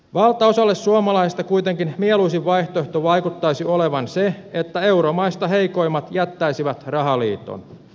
valtaosalle suomalaisista kuitenkin mieluisin vaihtoehto vaikuttaisi olevan se että euromaista heikoimmat jättäisivät rahaliiton